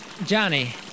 Johnny